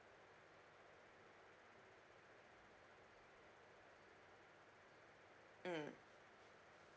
mm